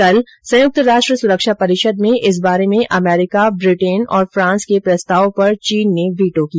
कल संयुक्त राष्ट्र सुरक्षा परिषद में इस बारे में अमेरिका ब्रिटेन और फ्रांस के प्रस्ताव पर चीन ने वीटो किया